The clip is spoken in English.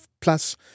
Plus